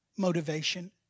Motivation